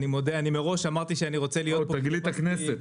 אני מראש אמרתי שאני רוצה להיות --- תגלית הכנסת,